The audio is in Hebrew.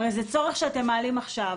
הרי זה צורך שאתם מעלים עכשיו